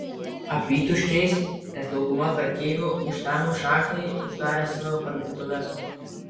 apytuščiais nes dauguma prekeivių užtemus šachtai uždarė savo parduotuves